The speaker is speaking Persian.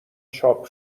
چاپ